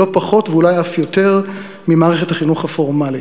לא פחות ואולי אף יותר ממערכת החינוך הפורמלית.